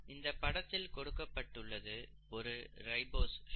இந்த படத்தில் கொடுக்கப்பட்டுள்ளது ஒரு ரைபோஸ் சுகர் மற்றும் ஒரு ATP